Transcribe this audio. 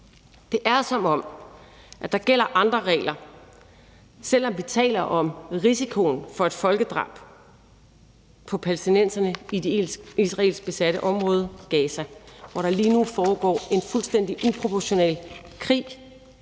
Det er, som om der gælder andre regler, selv om vi taler om risikoen for et folkedrab på palæstinenserne i det israelsk besatte område Gaza, hvor der lige nu foregår en fuldstændig uproportional krig